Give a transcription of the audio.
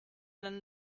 than